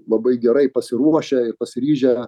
labai gerai pasiruošę ir pasiryžę